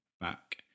back